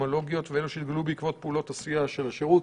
אפידמיולוגיות ואלו שנתגלו בעקבות פעולות עשייה של השירות.